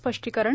स्पष्टीकरण